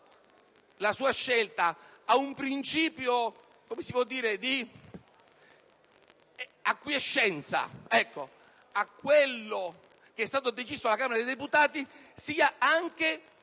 la sua scelta ad un principio di acquiescenza a quello che è stato deciso alla Camera di deputati sia anche